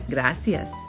Gracias